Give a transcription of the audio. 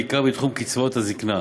בעיקר בתחום קצבאות הזיקנה,